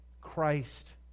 Christ